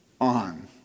on